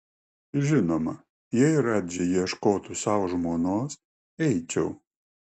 žinoma jei radži ieškotų sau žmonos eičiau